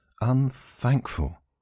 unthankful